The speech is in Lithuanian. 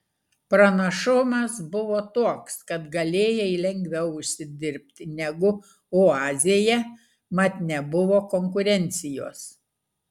pranašumas buvo toks kad galėjai lengviau užsidirbti negu oazėje mat nebuvo konkurencijos